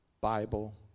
Bible